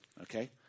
okay